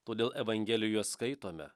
todėl evangelijos skaitome